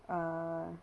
err